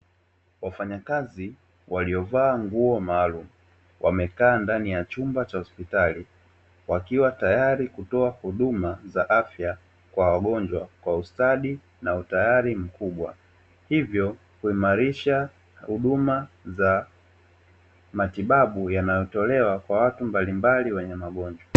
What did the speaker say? Wafanyakazi waliovaa nguo maalumu, wamekaa ndani ya chumba cha hospitali. Wakiwa tayari kutoa huduma za afya kwa wagonjwa, kwa ustadi na utayari mkubwa. Hivyo kuimarisha huduma za matibabu yanayotolewa kwa watu mbalimbali wenye magonjwa.